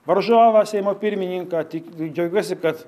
varžovą seimo pirmininką tik džiaugiuosi kad